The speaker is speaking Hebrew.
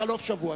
בחלוף שבוע.